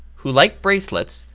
who like bracelets,